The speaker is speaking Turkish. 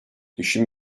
i̇şin